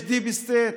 יש deep state,